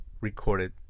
recorded